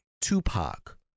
Tupac